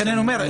לכן אני אומר,